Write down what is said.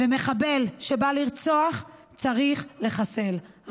ומחבל שבא לרצוח צריך לחסל.